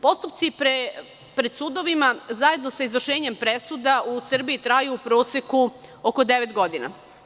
Postupci pred sudovima zajedno sa izvršenjem presuda u Srbiji traju u proseku oko devet godina.